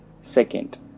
second